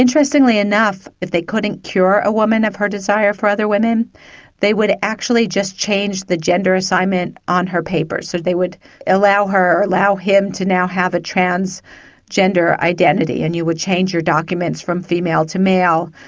interestingly enough, if they couldn't cure a woman of her desire for other women they would actually just change the gender assignment on her papers, so they would allow her, allow him to now have a transgender identity, and you would change your documents from female to male,